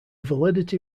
validity